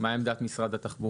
השאלה מה עמדת משרד התחבורה.